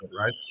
Right